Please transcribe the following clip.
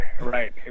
right